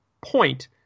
point